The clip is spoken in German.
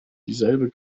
dieselbe